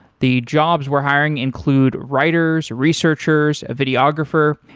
the jobs we're hiring include writers, researchers, a videographer,